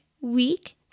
week